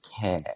care